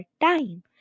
time